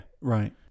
Right